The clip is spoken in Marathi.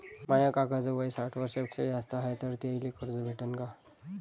माया काकाच वय साठ वर्षांपेक्षा जास्त हाय तर त्याइले कर्ज भेटन का?